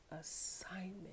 assignment